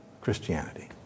Christianity